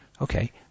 Okay